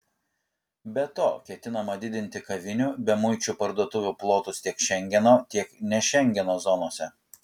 be to ketinama didinti kavinių bemuičių parduotuvių plotus tiek šengeno tiek ne šengeno zonose